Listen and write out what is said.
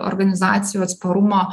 organizacijų atsparumo